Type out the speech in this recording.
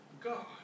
God